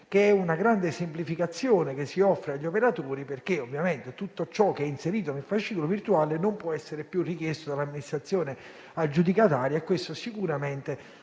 una grande semplificazione che si offre agli operatori, perché ovviamente tutto ciò che è inserito nel fascicolo virtuale non può essere più richiesto dall'amministrazione aggiudicataria, e questo sicuramente